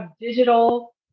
digital